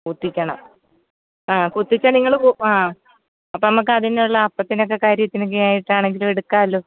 കുത്തിക്കണം അ കുത്തിച്ചാൽ നിങ്ങൾ അ അപ്പം നമുക്ക് അതിനുള്ള അപ്പത്തിനൊക്കെ കാര്യത്തിനായിട്ട് ആണെങ്കിലും എടുക്കാമല്ലോ